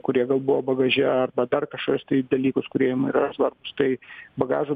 kurie gal buvo bagaže arba dar kažkokius tai dalykus kurie jum yra svarbūs tai bagažo